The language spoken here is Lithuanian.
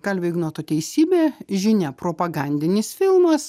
kalvio ignoto teisybė žinia propagandinis filmas